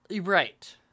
Right